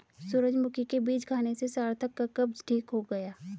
सूरजमुखी के बीज खाने से सार्थक का कब्ज ठीक हो गया